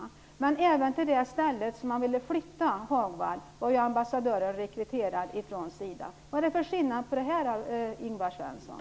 Men även till det ställe som man ville flytta Hagwall var ambassadören rekryterad från SIDA. Vari ligger skillnaden, Ingvar Svensson?